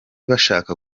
bashaka